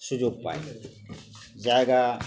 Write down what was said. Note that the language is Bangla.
সুযোগ পায় জায়গা